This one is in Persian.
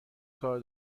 کار